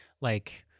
like-